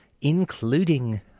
including